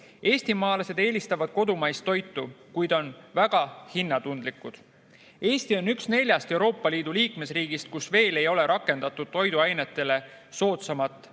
Eestimaalased eelistavad kodumaist toitu, kuid on väga hinnatundlikud. Eesti on üks neljast Euroopa Liidu liikmesriigist, kus veel ei ole rakendatud toiduainetele soodsamat